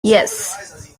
yes